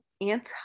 anti